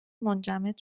منجمد